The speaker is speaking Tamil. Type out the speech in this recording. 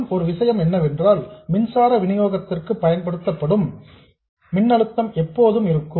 மற்றும் ஒரு விஷயம் என்னவென்றால் மின்சார விநியோகத்திற்கு பயன்படுத்தப்படும் மின்னழுத்தம் எப்போதும் இருக்கும்